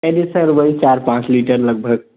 नहीं सर वही चार पाँच लीटर लगभग